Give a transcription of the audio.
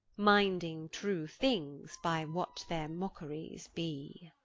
minding true things, by what their mock'ries bee.